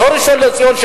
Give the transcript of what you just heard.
לא ראשון-לציון,